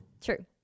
True